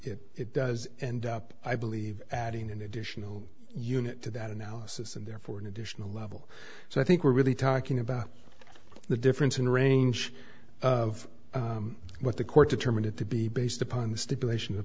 it does end up i believe adding an additional unit to that analysis and therefore an additional level so i think we're really talking about the difference in range of what the court determined it to be based upon the stipulation